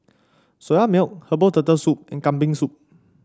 Soya Milk Herbal Turtle Soup and Kambing Soup